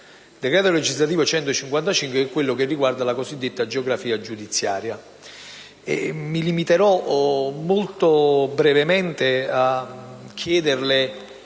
al decreto legislativo n. 155 del 2012 riguardante la cosiddetta geografia giudiziaria.